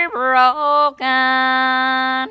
broken